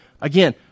again